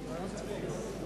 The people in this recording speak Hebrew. חברי חברי הכנסת,